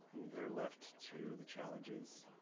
they're left to the challenges,